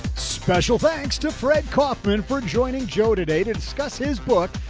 special, thanks to fred kaufman for joining joe today to discuss his book,